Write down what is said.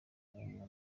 ubuntu